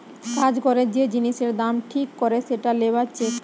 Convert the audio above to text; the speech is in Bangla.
কাজ করে যে জিনিসের দাম ঠিক করে সেটা লেবার চেক